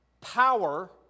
Power